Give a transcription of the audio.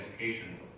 education